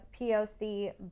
POC